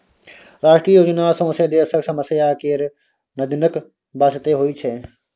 राष्ट्रीय योजना सौंसे देशक समस्या केर निदानक बास्ते होइ छै